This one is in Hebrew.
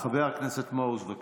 חבר הכנסת מעוז, בבקשה.